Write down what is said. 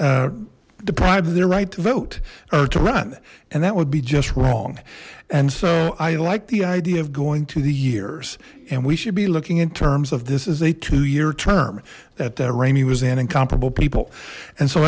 deprived of their right to vote or to run and that would be just wrong and so i like the idea of going to the years and we should be looking in terms of this as a two year term that the ramie was in and comparable people and so